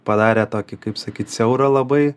padarė tokį kaip sakyti siaurą labai